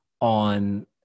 on